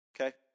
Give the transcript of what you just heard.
Okay